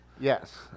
Yes